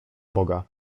boga